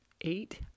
eight